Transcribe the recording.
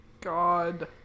God